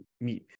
meet